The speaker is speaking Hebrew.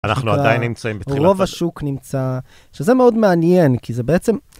אנחנו עדיין נמצאים בתחילת... רוב השוק נמצא, שזה מאוד מעניין, כי זה בעצם...